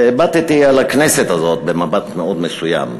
והבטתי על הכנסת הזאת במבט מאוד מסוים,